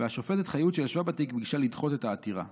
השופטת חיות, שישבה בתיק, ביקשה לדחות את העתירה.